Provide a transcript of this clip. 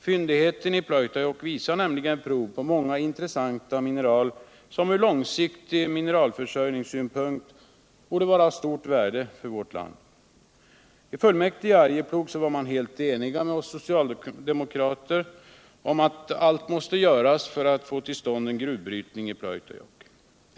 Fyndigheten i Pleutajokk visar nämligen prov på många intressanta mineral som från långsiktig mineralförsörjningssynpunkt borde vara av stort värde för vån land. Fullmäktige i Arjeplog var helt ense med oss socialdemokrater om att allt måste göras för att få till stånd gruvbrytning i Pleutajokk.